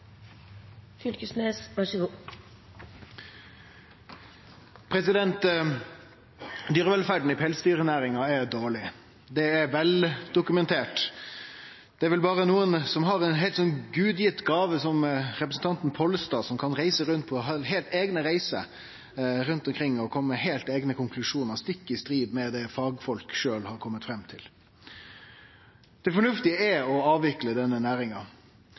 dårleg. Det er veldokumentert. Det er vel berre nokon som har ei slik gudgitt gåve, som representanten Pollestad, som kan dra på ei heilt eiga reise rundt omkring og kome med heilt eigne konklusjonar, stikk i strid med det fagfolk har kome fram til. Det fornuftige er å avvikle denne næringa,